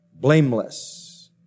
blameless